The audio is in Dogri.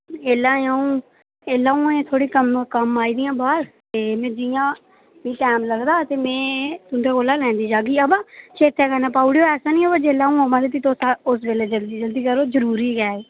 एल्लै आउं एल्लै आउं थोह्ड़ी कम्म आई दी आं बाहर ते में जियां में टैम लगदा ते में तुंदे कोला लैंदी जागी अवा चेते कन्नै पाऊ उड़ेओ ऐसा नी होवे जेल्लै में आमां ते तुस उस बेल्ले जल्दी जल्दी करो जरूरी गै एह्